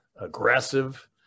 aggressive